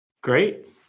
Great